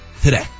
today